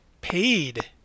Paid